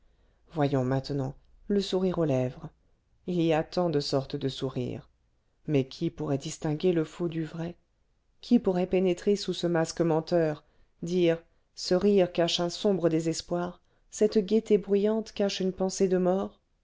voyons maintenant le sourire aux lèvres il y a tant de sortes de sourires mais qui pourrait distinguer le faux du vrai qui pourrait pénétrer sous ce masque menteur dire ce rire cache un sombre désespoir cette gaieté bruyante cache une pensée de mort